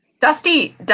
Dusty